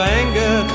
anger